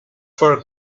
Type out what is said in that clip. for